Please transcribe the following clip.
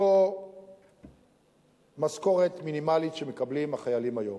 אותה משכורת מינימלית שמקבלים החיילים היום,